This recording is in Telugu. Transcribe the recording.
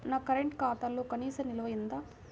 నా కరెంట్ ఖాతాలో కనీస నిల్వ ఎంత?